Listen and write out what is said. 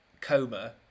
coma